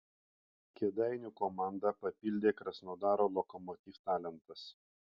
kėdainių komandą papildė krasnodaro lokomotiv talentas